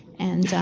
and yeah